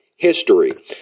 history